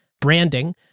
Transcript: branding